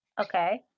Okay